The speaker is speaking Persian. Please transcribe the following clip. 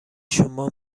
شما